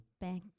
Back